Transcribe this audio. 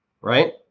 right